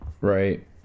right